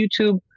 YouTube